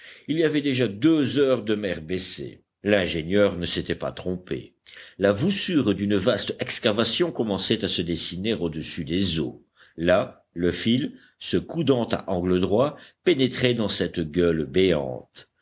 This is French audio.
il y avait déjà deux heures de mer baissée l'ingénieur ne s'était pas trompé la voussure d'une vaste excavation commençait à se dessiner au-dessus des eaux là le fil se coudant à angle droit pénétrait dans cette gueule béante